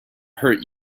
hurt